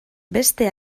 beste